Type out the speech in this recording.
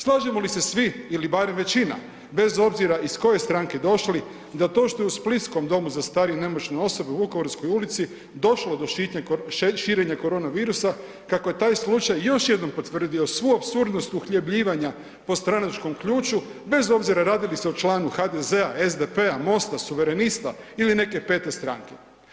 Slažemo li se svi ili barem većina bez obzira iz koje stranke došli da to što je u splitskom domu za starije i nemoćne osobe u Vukovarskoj ulici došlo do širenja koronavirusa kako je taj slučaj još jednom potvrdio svu apsurdnost uhljebljivanja po stranačkom ključu bez obzira radi li se o članu HDZ-a, SDP-a, MOST-a, suverenista ili neke pete stranke?